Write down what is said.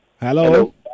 Hello